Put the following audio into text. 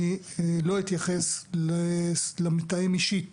אני לא אתייחס למתאם אישית